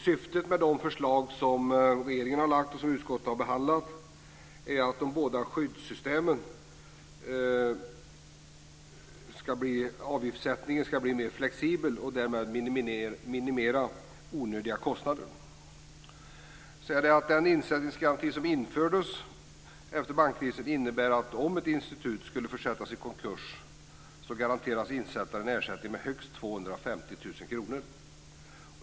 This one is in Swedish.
Syftet med de förslag som regeringen har lagt fram och som utskottet har behandlat är att avgiftssättningen i de båda skyddssystemen ska bli mer flexibel och därmed minimineras onödiga kostnader. Den insättningsgaranti som infördes efter bankkrisen innebar att om ett institut skulle försättas i konkurs garanteras insättaren ersättning med högst 250 000 kr.